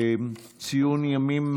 ציון יום,